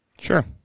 Sure